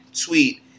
tweet